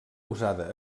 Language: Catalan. usada